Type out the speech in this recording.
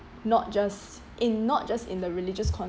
not just in not just in the religious